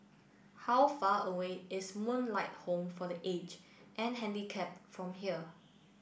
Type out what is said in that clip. how far away is Moonlight Home for the Aged and Handicapped from here